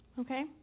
Okay